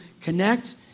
connect